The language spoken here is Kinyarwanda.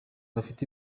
bafite